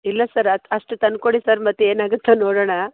ಇಲ್ಲ ಸರ್ ಅತ್ತು ಅಷ್ಟು ತಂದು ಕೊಡಿ ಸರ್ ಮತ್ತೆ ಏನಾಗುತ್ತೋ ನೋಡೋಣ